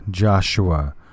Joshua